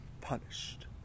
punished